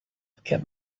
kept